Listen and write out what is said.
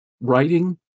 writing